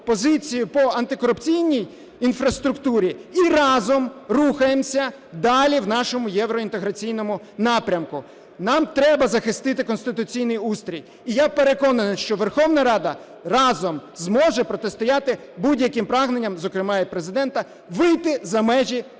позицію по антикорупційній інфраструктурі і разом рухаємося далі в нашому євроінтеграційному напрямку. Нам треба захистити конституційний устрій. І я переконаний, що Верховна Рада разом зможе протистояти будь-яким прагненням, зокрема і Президента, вийти за межі